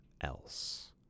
else